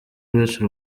uretse